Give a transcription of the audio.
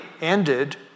ended